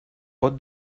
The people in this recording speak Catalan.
pot